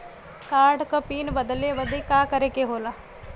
Card क PIN बदले बदी का करे के होला?